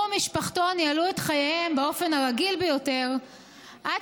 הוא ומשפחתו ניהלו את חייהם באופן הרגיל ביותר עד